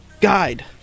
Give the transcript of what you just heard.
guide